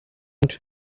into